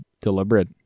deliberate